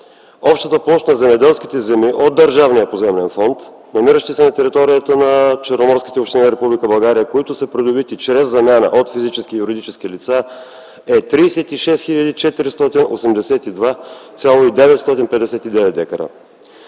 общата площ на земеделските земи от държавния поземлен фонд, намиращи се на територията на черноморските общини на Република България, които са придобити чрез замяна от физически и юридически лица, е 36 482,959 декара.